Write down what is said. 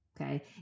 okay